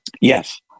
Yes